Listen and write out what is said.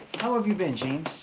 how have you been james?